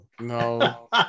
No